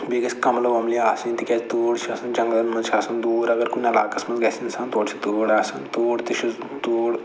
بیٚیہِ گژھِ کَملہٕ وَملہِ آسٕنۍ تِکیٛازِ تۭر چھُ آسان جَنٛگلَن منٛز چھِ آسان دوٗر اَگر کُنہِ علاقَس منٛز گژھِ اِنسان تورٕ چھِ تۭر آسان تور تہِ چھِ تۭر